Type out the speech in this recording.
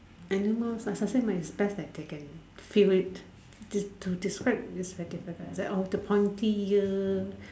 animals ah I suggest mine is best that they can feel it to describe is like a like that lor the pointy ear